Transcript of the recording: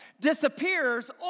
disappears